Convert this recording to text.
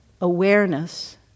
awareness